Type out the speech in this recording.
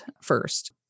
first